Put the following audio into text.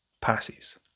passes